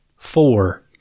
Four